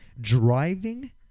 driving